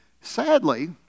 Sadly